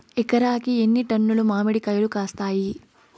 ఎకరాకి ఎన్ని టన్నులు మామిడి కాయలు కాస్తాయి?